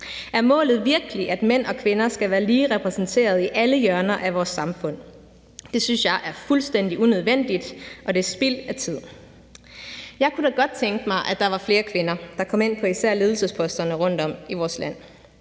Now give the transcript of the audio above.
Er målet virkelig, at mænd og kvinder skal være lige repræsenterede i alle hjørner af vores samfund? Det synes jeg er fuldstændig unødvendigt, og det er spild af tid. Jeg kunne da godt tænke mig, at der var flere kvinder, der kom ind på især ledelsesposterne rundtom i vores land.